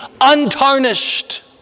untarnished